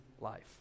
life